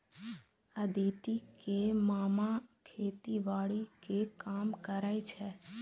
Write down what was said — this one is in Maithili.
अदिति के मामा खेतीबाड़ी के काम करै छै